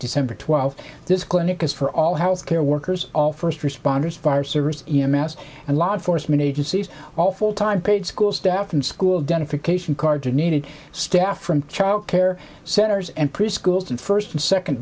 december twelfth this clinic is for all health care workers all first responders fire service e m s and law enforcement agencies all full time paid school staff and school done if occasion cards are needed staff from child care centers and preschools and first and second